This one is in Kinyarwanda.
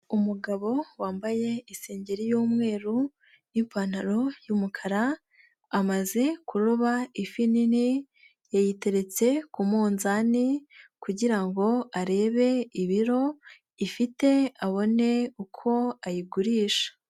Umugabo wambaye isengeri y'umweru n'ipantaro y'umukara amaze kuroba ifi nini yayiteretse ku munzani kugira ngo arebe ibiro ifite abone uko ayigurisha.